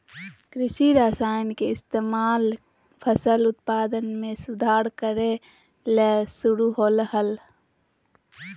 कृषि रसायन के इस्तेमाल फसल उत्पादन में सुधार करय ले शुरु होलय हल